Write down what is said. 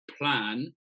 plan